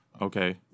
Okay